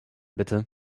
bitte